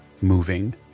moving